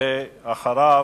ואחריו,